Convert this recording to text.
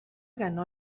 ganó